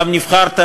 גם נבחרת,